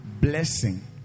blessing